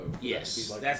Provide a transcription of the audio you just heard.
Yes